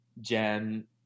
Jen